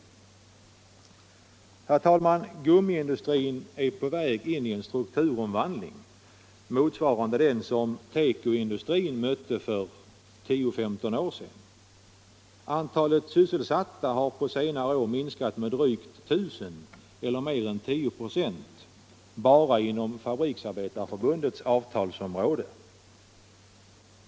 Herr talman! Gummiindustrin är på väg in i en strukturomvandling, motsvarande den som tekoindustrin mötte för tio femton år sedan. Antalet sysselsatta har på senare år minskat med drygt 1 000, eller mer än 10 8, bara inom Fabriksarbetareförbundets avtalsområde.